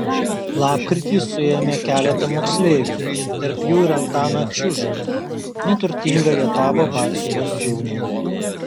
lapkritį suėmė keletą moksleivių tarp jų ir antaną čiužą neturtingą rietavo batsiuvio sūnų